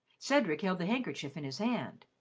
cedric held the handkerchief in his hand.